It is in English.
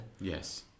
Yes